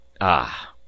Ah